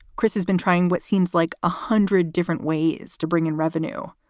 chris has been trying what seems like a hundred different ways to bring in revenue.